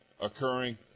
occurring